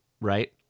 right